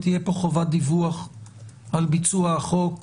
ותהיה פה חובת דיווח על ביצוע החוק,